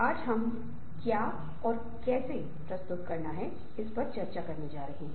अब हम अपने पाठ्यक्रम के दूसरे भाग में जाते हैं